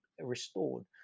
restored